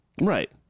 Right